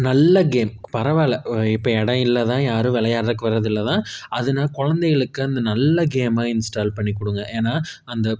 நல்ல கேம் பரவாயில்ல இப்போ இடம் இல்லைதான் யாரும் விளையாடுறதுக்கு வரதில்லை தான் அதுனால் குழந்தைகளுக்கு அந்த நல்ல கேமை இன்ஸ்டால் பண்ணி கொடுங்க ஏன்னால் அந்த